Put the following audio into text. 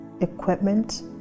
equipment